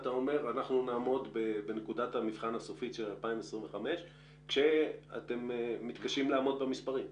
אנחנו נעמוד בנקודת המבחן הסופית של 2025 כשאתם מתקשים לעמוד במספרים.